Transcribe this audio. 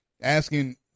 asking